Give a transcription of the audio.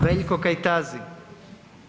Veljko Kajtazi.